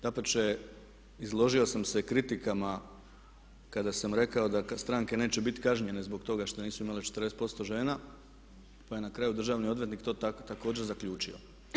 Dapače, izložio sam se kritikama kada sam rekao da stranke neće biti kažnjene zbog toga što nisu imali 40% žena pa je na kraju državni odvjetnik to također zaključio.